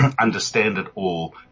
understand-it-all